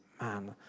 Man